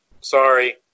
Sorry